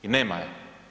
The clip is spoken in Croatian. I nema je.